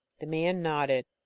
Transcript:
the man nodded.